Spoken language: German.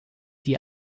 die